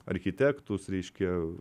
architektus reiškia